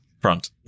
Front